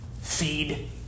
feed